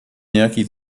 nějaký